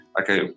okay